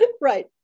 right